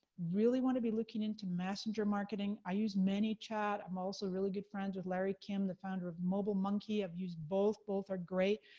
really wanna be looking into messenger marketing. i use many chat, i'm also really good friends with larry kim, the founder of mobile monkey. i've used both, both are great.